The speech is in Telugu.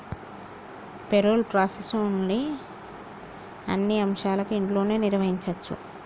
పేరోల్ ప్రాసెస్లోని అన్ని అంశాలను ఇంట్లోనే నిర్వహించచ్చు